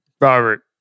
Robert